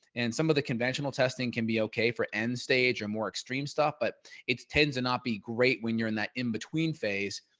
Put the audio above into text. and some of the conventional testing can be okay for end stage or more extreme stuff. but it's tend to not be great when you're in that in between phase.